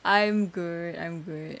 I'm good I'm good